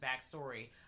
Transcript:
backstory